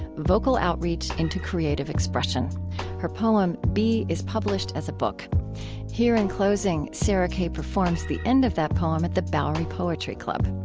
vocal outreach into creative expression her poem b is published as a book here in closing, sarah kay performs the end of that poem at the bowery poetry club.